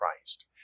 Christ